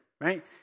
right